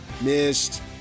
missed